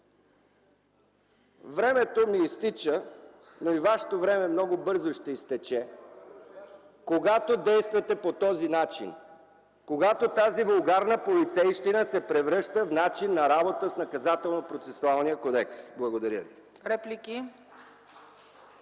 Времето ми изтича, но и вашето време много бързо ще изтече, когато действате по този начин, когато тази вулгарна полицейщина се превръща в начин на работа с Наказателно-процесуалния кодекс. (Ръкопляскания